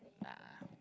nah